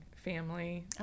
Family